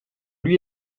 lui